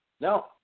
No